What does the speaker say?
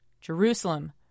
Jerusalem